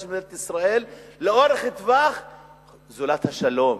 של מדינת ישראל לטווח ארוך זולת השלום.